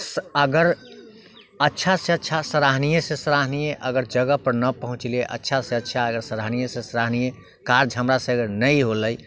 अगर अच्छासँ अच्छा सराहनीयसँ सराहनीय अगर जगहपर नहि पहुचलियै अच्छासँ अच्छा अगर सराहनीयसँ सराहनीय काज हमरासँ नहि होलै